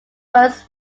works